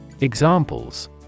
Examples